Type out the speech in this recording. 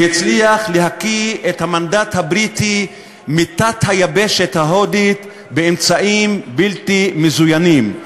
שהצליח להקיא את המנדט הבריטי מתת-היבשת ההודית באמצעים בלתי מזוינים.